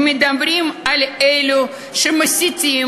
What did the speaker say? הם מדברים על אלו שמסיתים,